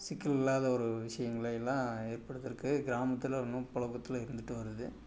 சிக்கல் இல்லாத ஒரு விஷயங்களையெல்லாம் ஏற்படுத்துகிறக்கு கிராமத்தில் இன்னும் புழக்கத்துல இருந்துகிட்டு வருது